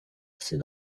c’est